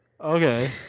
Okay